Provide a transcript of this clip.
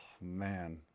man